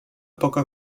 poca